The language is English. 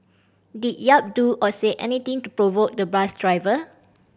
did Yap do or say anything to provoke the bus driver